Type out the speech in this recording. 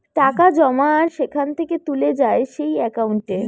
টাকা জমা আর সেখান থেকে তুলে যায় যেই একাউন্টে